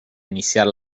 iniciar